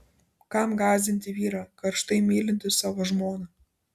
kam gąsdinti vyrą karštai mylintį savo žmoną